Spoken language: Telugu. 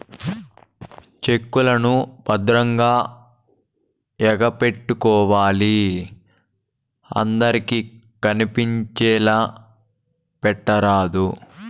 చెక్ లను భద్రంగా ఎగపెట్టుకోవాలి అందరికి కనిపించేలా పెట్టరాదు